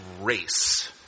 race